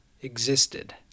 Existed